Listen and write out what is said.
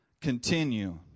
continue